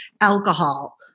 alcohol